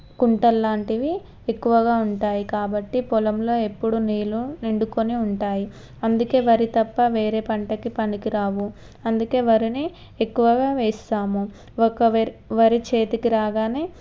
కుంటళ్ళాంటివి ఎక్కువగా ఉంటాయి కాబట్టి పొలంలో ఎప్పుడు నీళ్ళు నిండుకొని ఉంటాయి అందుకే వరి తప్ప వేరే పంటకి పనికిరావు అందుకే వరిని ఎక్కువగా వేస్తాము ఒక వే వరి చేతికి రాగానే